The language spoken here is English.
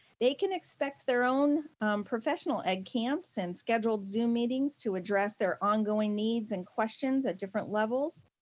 they can expect their own professional edcamps and scheduled zoom meetings to address their ongoing needs and questions at different levels.